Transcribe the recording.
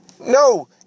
no